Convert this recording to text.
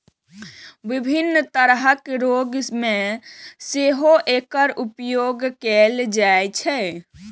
विभिन्न तरहक रोग मे सेहो एकर उपयोग कैल जाइ छै